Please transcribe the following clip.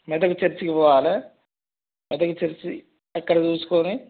మెదక్ చర్చికి పోవాలి మెదక్ చర్చి అక్కడ చూసుకొని